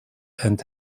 and